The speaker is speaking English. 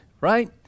right